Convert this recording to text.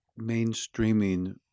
mainstreaming